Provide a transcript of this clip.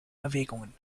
erwägungen